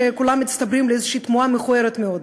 שכולם מצטברים לתמונה מכוערת מאוד.